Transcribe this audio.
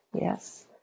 Yes